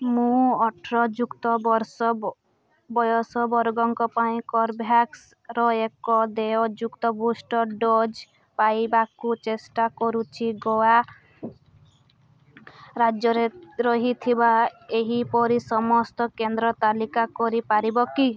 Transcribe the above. ମୁଁ ଅଠର ଯୁକ୍ତ ବର୍ଷ ବ ବୟସ ବର୍ଗଙ୍କ ପାଇଁ କର୍ବେଭ୍ୟାକ୍ସର ଏକ ଦେୟଯୁକ୍ତ ବୁଷ୍ଟର୍ ଡୋଜ୍ ପାଇବାକୁ ଚେଷ୍ଟା କରୁଛି ଗୋଆ ରାଜ୍ୟରେ ରହିଥିବା ଏହିପରି ସମସ୍ତ କେନ୍ଦ୍ରର ତାଲିକା କରିପାରିବ କି